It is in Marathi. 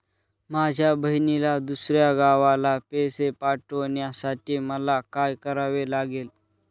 माझ्या बहिणीला दुसऱ्या गावाला पैसे पाठवण्यासाठी मला काय करावे लागेल?